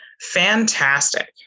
Fantastic